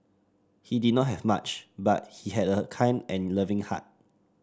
he did not have much but he had a kind and loving heart